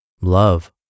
Love